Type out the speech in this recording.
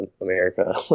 America